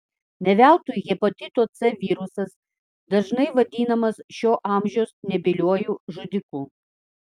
ne veltui hepatito c virusas dažnai vadinamas šio amžiaus nebyliuoju žudiku